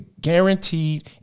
guaranteed